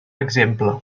exemple